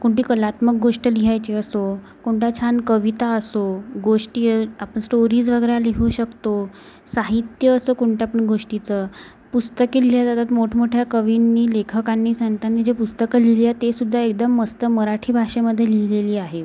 कोणती कलात्मक गोष्ट लिहायची असो कोणत्या छान कविता असो गोष्टी आपल्या स्टोरीज वगैरे लिहू शकतो साहित्य असं कोणत्या पण गोष्टीचं पुस्तके लिहिल्या जातात मोठमोठ्या कवींनी लेखकांनी संतांनी जे पुस्तके लिहिलेली आहेत ते सुद्धा एकदम मस्त मराठी भाषेमध्ये लिहिलेली आहे